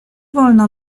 wolno